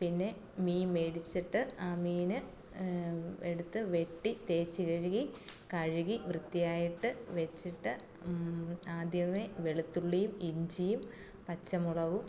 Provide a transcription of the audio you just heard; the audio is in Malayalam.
പിന്നെ മീന് മേടിച്ചിട്ട് ആ മീന് എടുത്ത് വെട്ടി തേച്ച് കഴുകി കഴുകി വൃത്തിയായിട്ട് വെച്ചിട്ട് ആദ്യമേ വെളുത്തുള്ളിയും ഇഞ്ചിയും പച്ചമുളകും